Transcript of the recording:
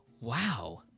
Wow